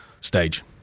stage